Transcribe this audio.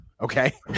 okay